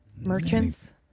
Merchants